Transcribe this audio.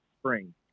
spring